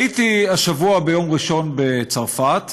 הייתי השבוע ביום ראשון בצרפת,